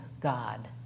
God